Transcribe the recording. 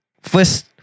first